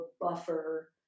buffer